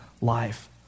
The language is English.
life